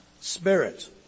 spirit